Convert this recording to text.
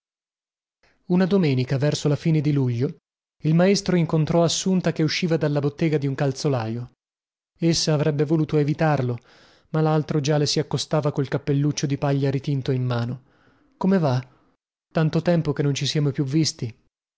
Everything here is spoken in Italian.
una domenica verso la fine di luglio il maestro incontrò assunta che usciva dalla bottega di un calzolaio essa avrebbe voluto evitarlo ma laltro già le si accostava col cappelluccio di paglia ritinto in mano come va tanto tempo che non ci siamo più visti